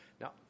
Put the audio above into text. now